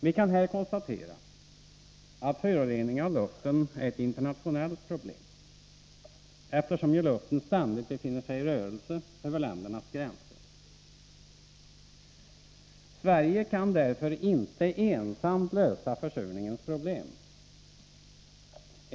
Vi kan här konstatera att föroreningarna av luften är ett internationellt problem, eftersom ju luften ständigt befinner sig i rörelse över ländernas gränser. Sverige kan därför inte ensamt lösa försurningens problem.